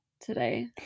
today